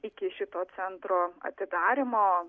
iki šito centro atidarymo